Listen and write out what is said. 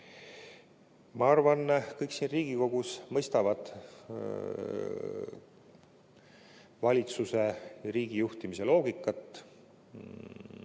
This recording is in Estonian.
Ma arvan, et kõik siin Riigikogus mõistavad valitsuse ja riigijuhtimise loogikat.